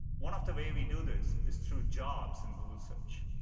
one of the ways we do this is through jobs in google search.